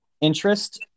Interest